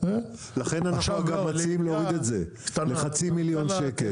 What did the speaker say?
לכן אנחנו מציעים להוריד את זה ל- 0.5 מיליון שקל,